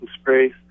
sprays